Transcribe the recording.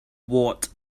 what